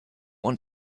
want